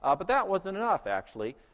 um but that wasn't enough, actually.